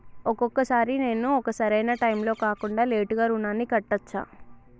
ఒక్కొక సారి నేను ఒక సరైనా టైంలో కాకుండా లేటుగా రుణాన్ని కట్టచ్చా?